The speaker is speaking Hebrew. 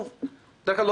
כמו לקופות אחרות,